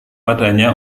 padanya